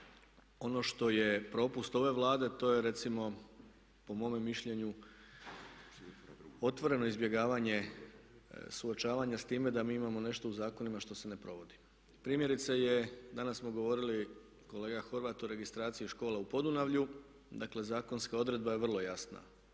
ono što je propust ove Vlade to je recimo, po mome mišljenju otvoreno izbjegavanje suočavanja sa time da mi imamo nešto u zakonima što se ne provodi. Primjerice je, danas smo govorili kolega Horvat o registraciji škola u Podunavlju, dakle zakonska odredba je vrlo jasna.